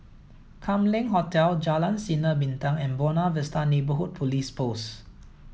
Kam Leng Hotel Jalan Sinar Bintang and Buona Vista Neighbourhood Police Post